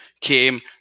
came